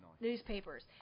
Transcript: Newspapers